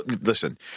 Listen